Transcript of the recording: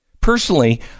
Personally